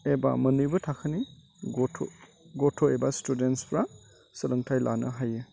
एबा मोननैबो थाखोनि गथ' गथ' एबा स्टुडेन्टसफ्रा सोलोंथाइ लानो हायो